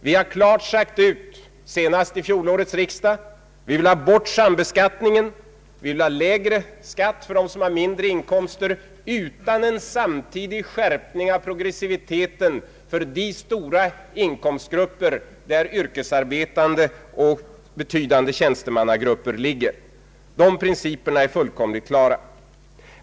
Vi har klart sagt ut senast under fjolårets riksdag, att vi vill ha bort sambeskattningen och att vi vill ha lägre skatt för dem som har mindre inkomster, utan en samtidig skärpning av progressiviteten för de stora inkomstgrupper som omfattar yrkesarbetande och betydande tjänstemannagrupper. Dessa principer är fullkomligt klara.